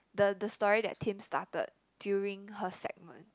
the the story that Tim started during her segment